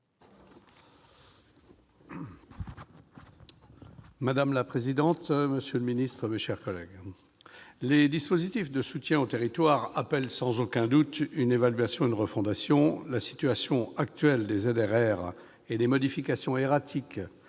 Madame la présidente, monsieur le ministre, mes chers collègues, les dispositifs de soutien aux territoires appellent sans aucun doute une évaluation et une refondation. La situation actuelle des ZRR et les modifications erratiques